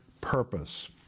purpose